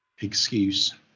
excuse